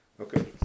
okay